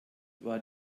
war